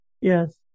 Yes